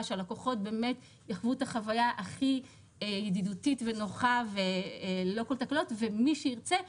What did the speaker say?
שהלקוחות באמת יחוו את החוויה הכי ידידותית ונוחה וללא כל תקלות ומי שירצה,